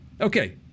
Okay